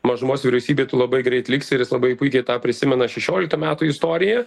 mažumos vyriausybėj tu labai greit liksi ir jis labai puikiai tą prisimena šešioliktų metų istoriją